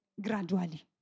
Gradually